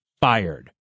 fired